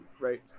right